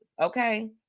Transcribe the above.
okay